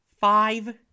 Five